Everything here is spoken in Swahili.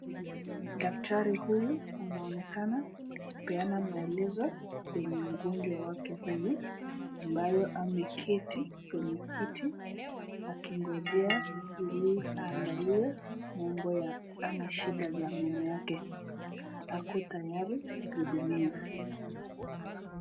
Daktari huyu anaonekana akipeana maelezo kwenye mgonjwa wake huyu ambaye ameketi kwenye kiti akingojea ili aangaliwe mambo ama shida za meno yake, ako tayari kuhudumiwa.